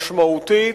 משמעותית,